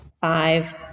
five